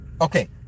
Okay